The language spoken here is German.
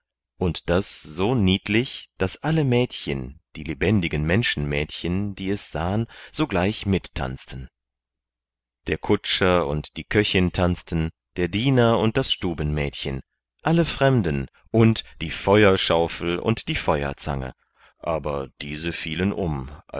und das so niedlich daß alle mädchen die lebendigen menschenmädchen die es sahen sogleich mittanzten der kutscher und die köchin tanzten der diener und das stubenmädchen alle fremden und die feuerschaufel und die feuerzange aber diese fielen um